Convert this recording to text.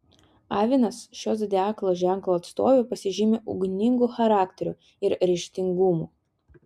avinas šio zodiako ženklo atstovė pasižymi ugningu charakteriu ir ryžtingumu